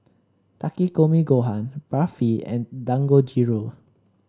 Takikomi Gohan Barfi and Dangojiru